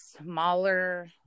smaller